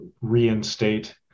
reinstate